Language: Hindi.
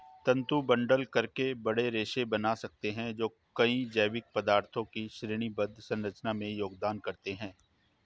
तंतु बंडल करके बड़े रेशे बना सकते हैं जो कई जैविक पदार्थों की श्रेणीबद्ध संरचना में योगदान करते हैं